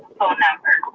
phone numbers.